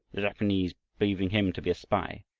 the japanese believing him to be a spy.